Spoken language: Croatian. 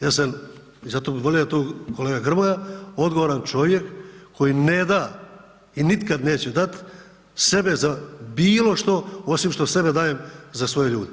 Ja sam i zato bi volio da je kolega Grmoja, odgovoran čovjek koji ne da i nikad neće dati sebe za bilo što osim što sebe dajem za svoje ljude.